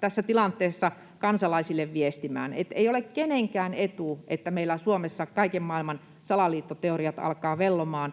tässä tilanteessa kansalaisille viestimään, että ei ole kenenkään etu, että meillä Suomessa kaiken maailman salaliittoteoriat alkavat vellomaan.